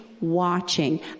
watching